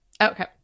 Okay